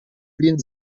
wien